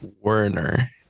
warner